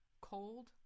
cold